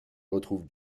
retrouve